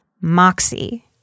moxie